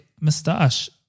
moustache